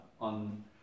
on